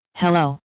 hello